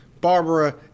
Barbara